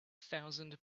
thousand